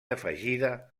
afegida